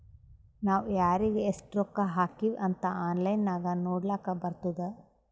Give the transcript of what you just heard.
ನಾವ್ ಯಾರಿಗ್ ಎಷ್ಟ ರೊಕ್ಕಾ ಹಾಕಿವ್ ಅಂತ್ ಆನ್ಲೈನ್ ನಾಗ್ ನೋಡ್ಲಕ್ ಬರ್ತುದ್